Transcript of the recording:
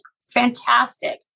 fantastic